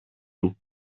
του